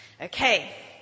Okay